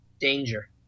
danger